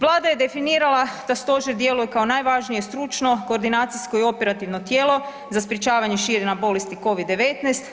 Vlada je definirala da Stožer djeluje kao najvažnije stručno, koordinacijsko i operativno tijelo za sprječavanje širenja bolesti covid-19.